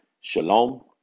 Shalom